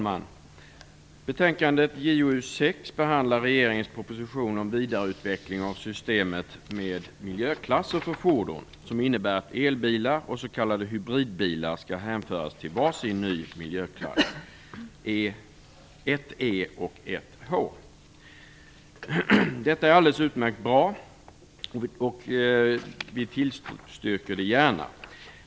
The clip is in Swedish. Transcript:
Fru talman! Betänkande JoU6 behandlar regeringens proposition om vidareutveckling av systemet med miljöklasser för fordon, som innebär att elbilar och s.k. hybridbilar skall hänföras till var sin ny miljöklass, 1 E och 1 H. Det är alldeles utmärkt bra, och vi tillstyrker det gärna.